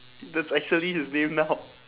that's actually his name now